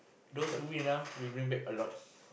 those who win ah will bring back a lot